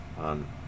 on